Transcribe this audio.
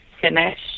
finish